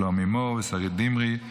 שלומי מור ושרית דמרי,